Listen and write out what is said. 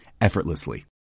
effortlessly